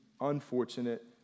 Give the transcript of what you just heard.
unfortunate